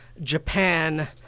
Japan